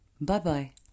Bye-bye